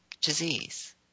disease